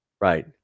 Right